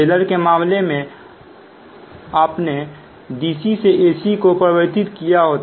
solar के मामले में अपने dc से ac को परिवर्तित किया होता